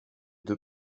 deux